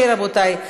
אוקיי, רבותי.